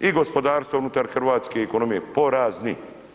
i gospodarstva unutar hrvatske ekonomije porazni.